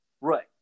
Right